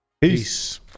Peace